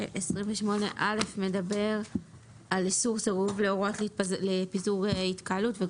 ו-28א מדבר על סירוב להוראות לפיזור התקהלות.